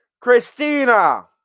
Christina